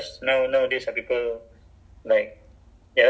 they they call it the maximum occupancy kan